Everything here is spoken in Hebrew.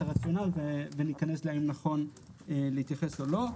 הרציונל וניכנס להאם נכון להתייחס או לא.